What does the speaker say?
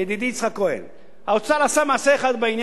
האוצר עשה מעשה אחד בעניין בעקבות דוח-טרכטנברג.